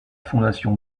fondation